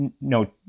no